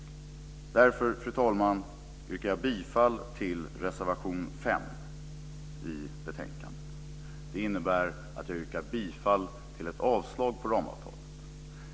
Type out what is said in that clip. Därför, fru talman, yrkar jag bifall till reservation 5 i betänkandet. Det innebär att jag yrkar avslag på förslaget om ramavtalet.